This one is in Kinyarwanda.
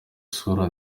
isura